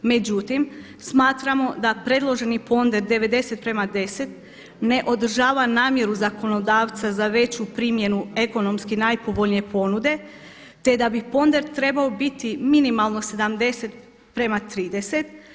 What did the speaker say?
Međutim, smatramo da predloženi ponder 90:10 ne održava namjeru zakonodavca za veću primjenu ekonomski najpovoljnije ponude, te da bi ponder trebao biti minimalno 70:30.